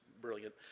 brilliant